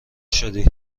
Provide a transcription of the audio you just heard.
شدی